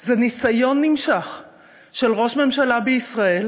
זה ניסיון נמשך של ראש ממשלה בישראל